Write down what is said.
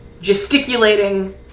gesticulating